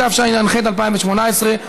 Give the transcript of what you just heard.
התשע"ח 2018,